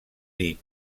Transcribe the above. dit